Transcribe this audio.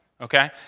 okay